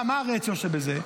מה, מה הרציו של זה?